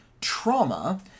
trauma